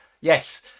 Yes